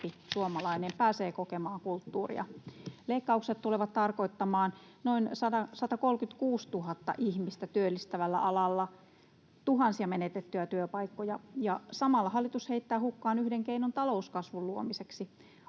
suomalainen pääsee kokemaan kulttuuria. Leikkaukset tulevat tarkoittamaan noin 136 000 ihmistä työllistävällä alalla tuhansia menetettyä työpaikkoja, ja samalla hallitus heittää hukkaan yhden keinon talouskasvun luomiseksi.